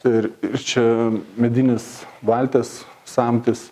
ir čia medinės valties samtis